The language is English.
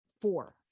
four